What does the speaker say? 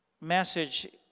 message